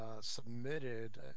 submitted